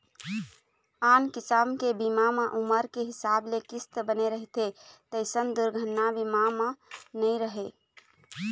आन किसम के बीमा म उमर के हिसाब ले किस्त बने रहिथे तइसन दुरघना बीमा म नइ रहय